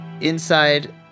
inside